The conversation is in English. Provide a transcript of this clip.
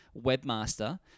webmaster